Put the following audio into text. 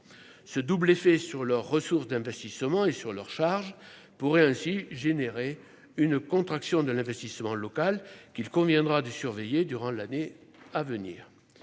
ce double effet sur leurs ressources d'investissement et sur leurs charges pourrait ainsi générer une contraction de l'investissement local qu'il conviendra de surveiller durant l'année à venir